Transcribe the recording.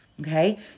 okay